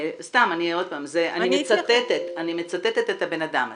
סתם, עוד פעם, אני מצטטת את הבן אדם הזה.